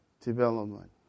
development